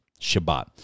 Shabbat